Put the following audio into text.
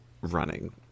running